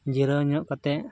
ᱡᱤᱨᱟᱹᱣ ᱧᱚᱜ ᱠᱟᱛᱮ